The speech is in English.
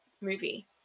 movie